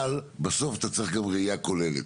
אבל, בסוף אתה צריך גם ראייה כוללת.